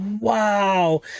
Wow